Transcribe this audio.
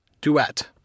Duet